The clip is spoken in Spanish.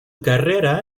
carrera